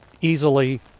easily